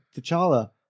T'Challa